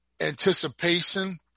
anticipation